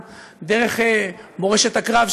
אנחנו נשב ונדבר אתכם.